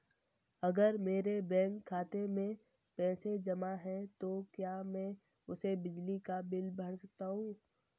अगर मेरे बैंक खाते में पैसे जमा है तो क्या मैं उसे बिजली का बिल भर सकता हूं?